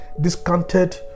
discounted